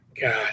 God